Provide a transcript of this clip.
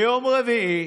ביום רביעי